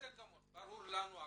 ברור לנו.